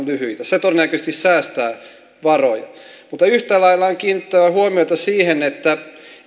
lyhyitä se todennäköisesti säästää varoja mutta yhtä lailla on kiinnitettävä huomiota siihen että